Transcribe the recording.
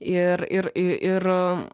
ir ir ir